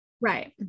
Right